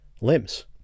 limbs